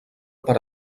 per